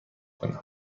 کنم